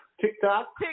TikTok